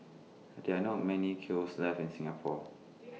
there are not many kilns left in Singapore